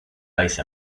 ice